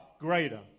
greater